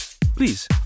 please